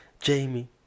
jamie